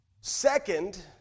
Second